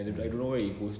mm